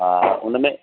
हा उनमें